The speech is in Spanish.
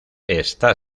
está